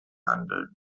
handeln